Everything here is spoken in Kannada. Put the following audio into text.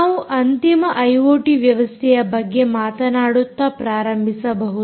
ನಾವು ಅಂತಿಮ ಐಓಟಿ ವ್ಯವಸ್ಥೆಯ ಬಗ್ಗೆ ಮಾತನಾಡುತ್ತಾ ಪ್ರಾರಂಭಿಸಬಹುದು